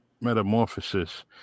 metamorphosis